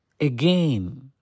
again